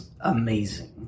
amazing